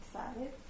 Excited